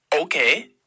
Okay